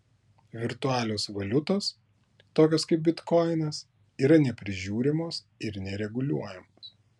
virtualios valiutos tokios kaip bitkoinas yra neprižiūrimos ir nereguliuojamos